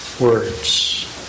words